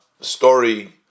story